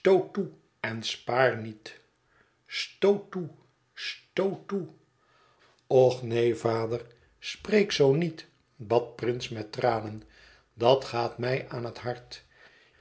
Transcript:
en spaar niet stoot toe stoot toe och neen vader spreek zoo niet bad prince met tranen dat gaat mij aan het hart